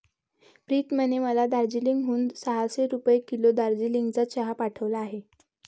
प्रीतमने मला दार्जिलिंग हून सहाशे रुपये किलो दार्जिलिंगचा चहा पाठवला आहे